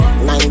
Nine